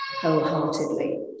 wholeheartedly